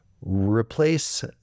Replace